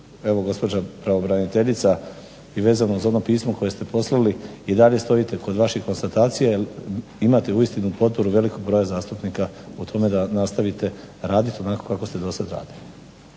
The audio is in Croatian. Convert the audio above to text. evo gospođa pravobraniteljica i vezano uz ono pismo koje ste poslali i dalje stojite kod vaših konstatacija jel imate uistinu potporu velikog broja zastupnika u tome da nastavite raditi onako kako ste do sada radili.